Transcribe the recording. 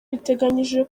biteganyijwe